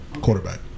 quarterback